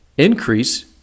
Increase